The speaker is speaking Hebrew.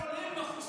בבתי חולים,